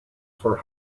for